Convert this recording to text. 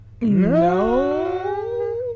No